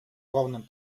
главным